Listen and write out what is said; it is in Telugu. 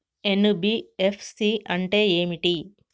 ఎన్.బి.ఎఫ్.సి అంటే ఏమిటి?